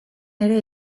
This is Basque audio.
ere